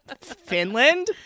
Finland